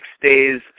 days